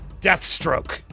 Deathstroke